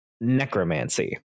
necromancy